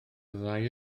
ddau